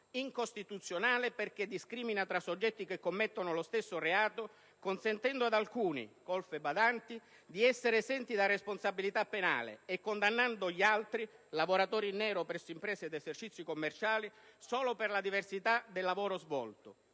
incostituzionale, perché discrimina tra soggetti che commettono lo stesso reato consentendo ad alcuni (colf e badanti) di essere esenti da responsabilità penale e condannando gli altri (lavoratori in nero presso imprese ed esercizi commerciali) solo per la diversità del lavoro svolto,